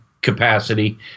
capacity